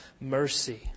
mercy